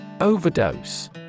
Overdose